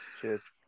Cheers